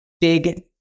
big